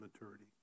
maturity